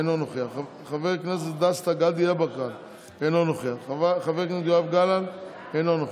אינו נוכח, חבר הכנסת דסטה גדי יברקן, אינו נוכח,